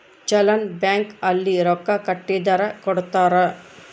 challan bank ಅಲ್ಲಿ ರೊಕ್ಕ ಕಟ್ಟಿದರ ಕೋಡ್ತಾರ